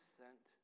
sent